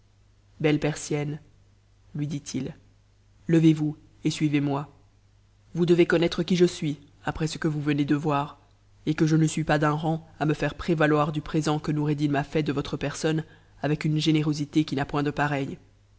e persienne lui dit-il levez-vous et suivez-moi vous devez conna h qui je suis après ce que vous venez de voir et que je ne suis pas d'nn rang à me prévaloir du présent que noureddin m'a fait de votre perso avec une générosité qui n'a point de pareille